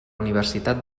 universitat